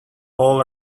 all